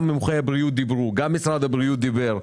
גם מומחי הבריאות דיברו, גם משרד הבריאות דיבר.